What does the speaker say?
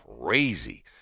crazy